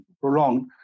prolonged